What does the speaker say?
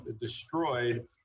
destroyed